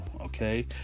okay